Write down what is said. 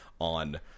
on